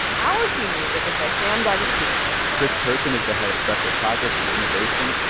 our theme music is by sam d'agostino chris turpin is the head of special projects and innovation.